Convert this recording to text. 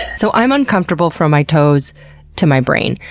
so, i'm uncomfortable from my toes to my brain.